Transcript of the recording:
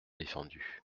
défendu